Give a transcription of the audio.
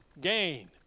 Gain